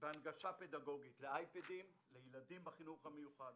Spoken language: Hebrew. בהנגשה פדגוגית, באייפדים לילדים בחינוך המיוחד,